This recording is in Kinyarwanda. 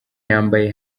yambaye